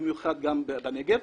במיוחד בנגב,